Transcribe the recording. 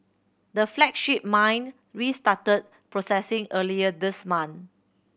the flagship mine restarted processing earlier this month